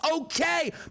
okay